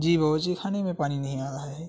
جی باورچی خانے میں پانی نہیں آ رہا ہے